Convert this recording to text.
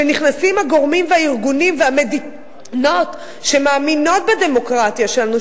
כשנכנסים הגורמים והארגונים והמדינות שמאמינות בדמוקרטיה שלנו,